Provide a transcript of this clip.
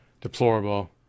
deplorable